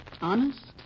Honest